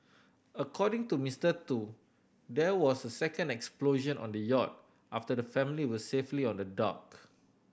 according to Mister Tu there was a second explosion on the yacht after the family were safely on the dock